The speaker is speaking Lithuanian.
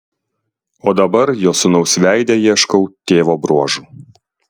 o dabar jo sūnaus veide ieškau tėvo bruožų